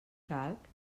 calc